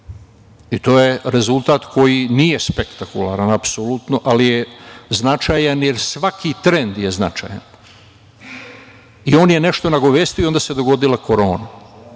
i to je rezultat koji nije spektakularan apsolutno, ali je značajan, jer svaki trend je značajan i on je nešto nagovestio da se dogodila korona,